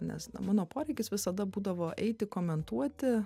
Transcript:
nes na mano poreikis visada būdavo eiti komentuoti